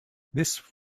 this